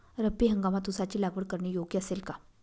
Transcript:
रब्बी हंगामात ऊसाची लागवड करणे योग्य असेल का?